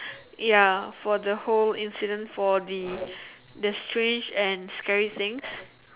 ya for the whole incident for the strange and scary things